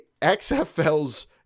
xfl's